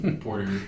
Porter